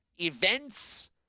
events